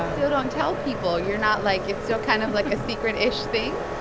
still don't tell people? you're not like it's still kind of, like, a secret-ish thing?